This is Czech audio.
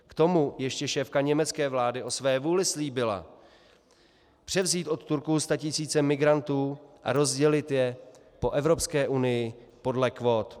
K tomu ještě šéfka německé vlády o své vůli slíbila převzít od Turků statisíce migrantů a rozdělit je po Evropské unii podle kvót.